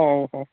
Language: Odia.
ହଉ ହଉ